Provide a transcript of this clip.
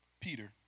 Peter